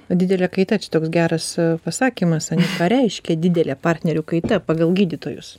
didelė kaita čia toks geras pasakymas ane ką reiškia didelė partnerių kaita pagal gydytojus